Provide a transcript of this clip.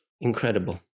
Incredible